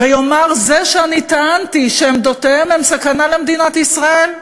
ויאמר: זה שאני טענתי שעמדותיהם הן סכנה למדינת ישראל,